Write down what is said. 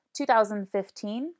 2015